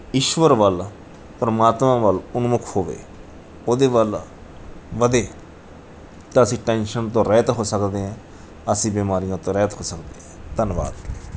ਈਸ਼ਵਰ ਵੱਲ ਪਰਮਾਤਮਾ ਵੱਲ ਉਨਮੁੱਖ ਹੋਵੇ ਉਹਦੇ ਵੱਲ ਵਧੇ ਤਾਂ ਅਸੀਂ ਟੈਨਸ਼ਨ ਤੋਂ ਰਹਿਤ ਹੋ ਸਕਦੇ ਹੈ ਅਸੀਂ ਬਿਮਾਰੀਆਂ ਤੋਂ ਰਹਿਤ ਹੋ ਸਕਦੇ ਹੈ ਧੰਨਵਾਦ